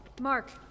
Mark